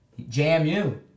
JMU